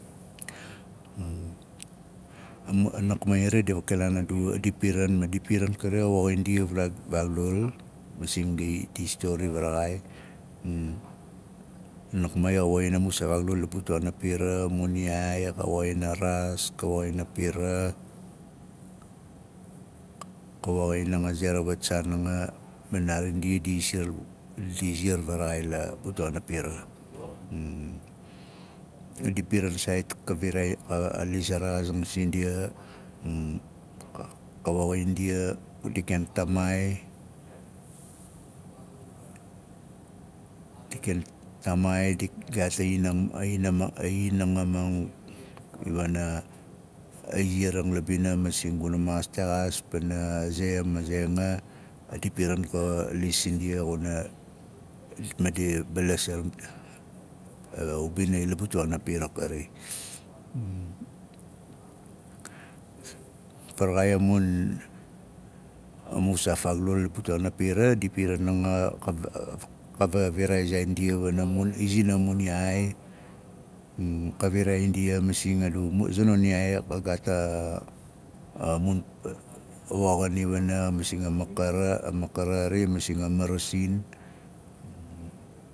a nakmai xari di vakilaan adu piran ma di piran kari xa woxin ndia vaa a nakmai xa woxin a mu saan faaugdul la butuaana pira. A mun yaai xa woxin a raas ka woxin nanga a ze ra wat saan nanga ma naari ndi di siar di ziar varaxai la butuaana pira a kari. A di piran saait ka viraai ka lis roxaazing sindia. ka woxin ndia di ken taamaai ndi ken tamaai di gaat a inang ainang ainangaming wana a iziaring la bina masing guna maas lexaas pana ze ma ze anga a di piran ka lis sindia xuna ma di balas a- b- a ubina la butuaana pira a kari. Faraxai a mun a mun saa faaugdul la butuaana pira di piran nanga ka va- ka- va- viraai zaait ndi wana mun izing mu- a za non yaai ka gaat a- a mun woxing ipana masing a makara. A makara xari masing a marasin